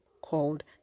called